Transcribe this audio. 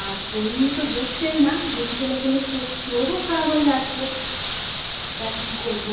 আর বই নিয়ে তো বসছেই না গেম খেলে খেলে চোখ চোখও খারাপ হয়ে যাচ্ছে তা কী করব